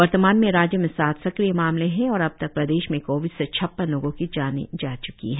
वर्तमान में राज्य में सात सक्रिय मामले है और अब तक प्रदेश में कोविड से छप्पन लोगो की जान जा च्की है